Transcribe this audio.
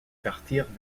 partirent